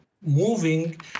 moving